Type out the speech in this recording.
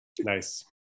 Nice